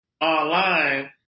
online